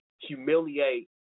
humiliate